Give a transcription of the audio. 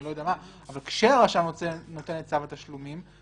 אבל כשהרשם נותן את צו התשלומים,